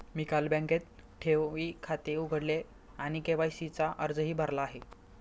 मी काल बँकेत ठेवी खाते उघडले आणि के.वाय.सी चा अर्जही भरला आहे